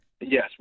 Yes